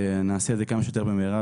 שנעשה את זה כמה שיותר במהרה,